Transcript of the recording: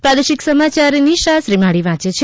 પ્રાદેશિક સમાચાર નિશા શ્રીમાળી વાંચ છે